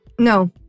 No